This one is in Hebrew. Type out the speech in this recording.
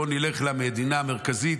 בוא נלך למדינה המרכזית,